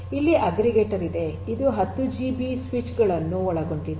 ಇಲ್ಲಿ ಅಗ್ರಿಗೇಟರ್ ಇದೆ ಇದು 10 ಜಿಬಿ ಸ್ವಿಚ್ ಗಳನ್ನು ಒಳಗೊಂಡಿದೆ